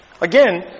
Again